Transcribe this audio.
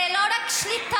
זה לא רק שליטה,